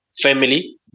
family